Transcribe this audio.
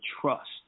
trust